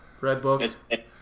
Redbook